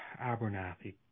Abernathy